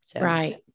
Right